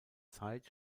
zeit